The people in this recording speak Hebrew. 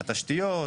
התשתיות,